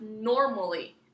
normally